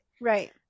Right